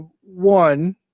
one